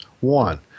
One